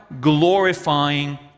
glorifying